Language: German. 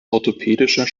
orthopädischer